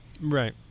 Right